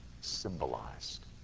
symbolized